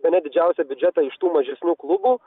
bene didžiausią biudžetą iš tų mažesnių klubų